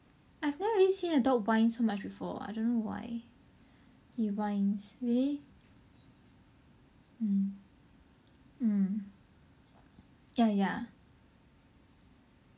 I have never really seen a dog whine so much before I don't know why he whines really mm mm ya ya